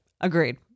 Agreed